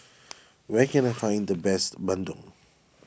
where can I find the best Bandung